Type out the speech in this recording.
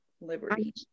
liberty